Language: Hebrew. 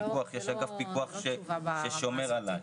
יש אגף פיקוח ששומר עלי.